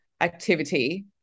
activity